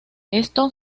esto